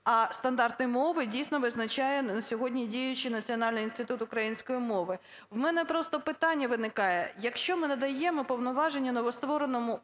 а стандарти мови дійсно визначає на сьогодні діючий Національний інститут української мови. В мене просто питання виникає: якщо ми надаємо повноваження новоствореному